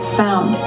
found